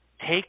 Take